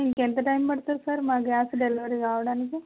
ఇంకెంత టైమ్ పడుతుంది సార్ మా గ్యాస్ డెలివరీ కావడానికి